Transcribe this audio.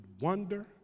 wonder